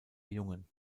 jungen